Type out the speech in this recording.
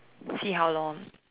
see how lor